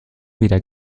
wieder